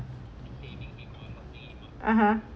(uh huh)